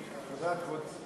חזק וברוך.